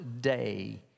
day